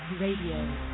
Radio